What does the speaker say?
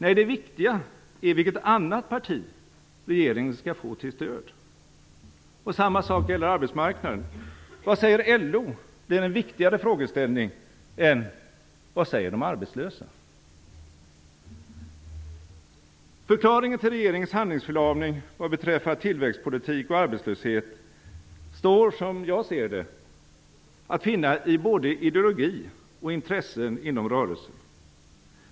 Nej, det viktiga är vilket annat parti regeringen skall få till stöd. Samma sak gäller arbetsmarknaden. "Vad säger LO" blir en viktigare frågeställning än "Vad säger de arbetslösa". Förklaringen till regeringens handlingsförlamning vad beträffar tillväxtpolitik och arbetslöshet står som jag ser det att finna i både ideologi och intressen inom rörelsen.